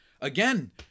again